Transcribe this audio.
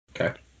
Okay